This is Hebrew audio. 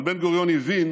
אבל בן-גוריון הבין